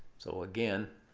so again,